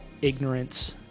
Ignorance